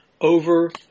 over